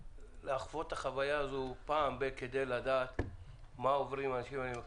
לחוות את החוויה הזו מדי פעם כדי לדעת מה עוברים אנשים האלו.